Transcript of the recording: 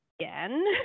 again